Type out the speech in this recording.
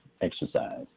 exercise